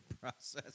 process